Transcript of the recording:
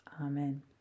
Amen